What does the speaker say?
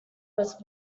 was